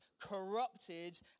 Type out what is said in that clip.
corrupted